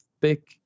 thick